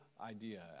idea